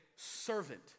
servant